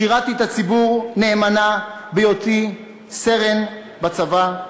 שירתי את הציבור נאמנה בהיותי סרן בצבא,